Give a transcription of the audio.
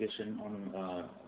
on